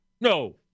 no